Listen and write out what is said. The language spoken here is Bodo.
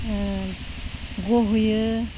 गहोयो